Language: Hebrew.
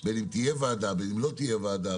בין אם תהיה ועדה בין אם לא תהיה ועדה,